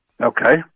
Okay